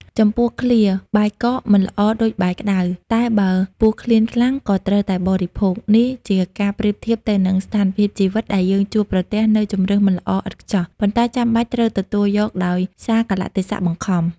ចំពោះឃ្លា "បាយកកមិនល្អដូចបាយក្ដៅ តែបើពោះឃ្លានខ្លាំងក៏ត្រូវតែបរិភោគ" នេះជាការប្រៀបធៀបទៅនឹងស្ថានភាពជីវិតដែលយើងជួបប្រទះនូវជម្រើសមិនល្អឥតខ្ចោះ ប៉ុន្តែចាំបាច់ត្រូវទទួលយកដោយសារកាលៈទេសៈបង្ខំ។